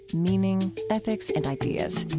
meaning, ethics, and ideas.